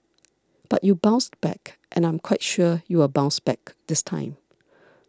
but you bounced back and I'm quite sure you will bounce back this time